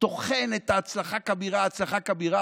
טוחן את ה"הצלחה כבירה",